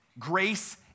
Grace